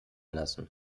lassen